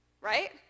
right